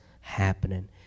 happening